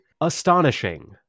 astonishing